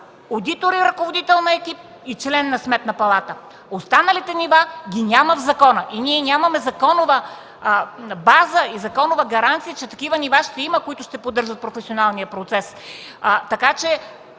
одитор и ръководител на екип и член на Сметната палата, останалите нива ги няма в закона. Ние нямаме законова база и гаранция, че такива нива, които ще поддържат професионалния процес,